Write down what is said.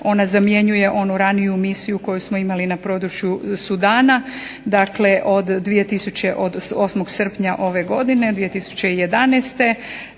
ona zamjenjuje onu raniju misiju koju smo imali na području Sudana od 2000. od 8. srpnja ove godine 2011.